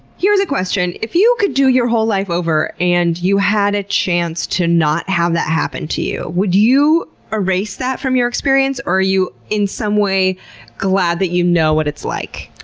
here's a question. if you could do your whole life over and you had a chance to not have that happen to you, would you erase that from your experience? or are you in some way glad that you know what it's like?